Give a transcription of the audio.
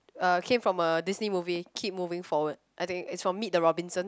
uh came from a Disney movie keep moving forward I think it's from Meet the Robinson